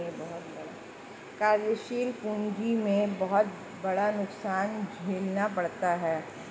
कार्यशील पूंजी में बहुत बड़ा नुकसान झेलना पड़ता है